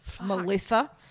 Melissa